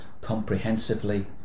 comprehensively